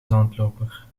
zandloper